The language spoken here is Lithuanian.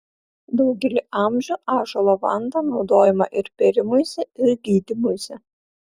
daugelį amžių ąžuolo vanta naudojama ir pėrimuisi ir gydymuisi